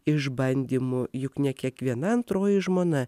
išbandymų juk ne kiekviena antroji žmona